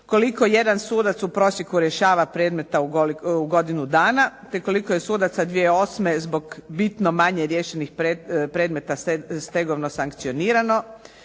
koliko jedan sudac u prosjeku rješava predmeta u godinu dana te koliko je sudaca 2008. zbog bitno manje riješenih predmeta stegovno sankcionirano,